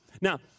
Now